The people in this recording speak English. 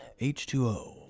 H2O